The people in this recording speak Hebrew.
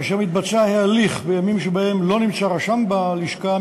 כאשר מתבצע ההליך בימים שבהם לא נמצא רשם בלשכה,